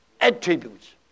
attributes